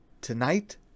tonight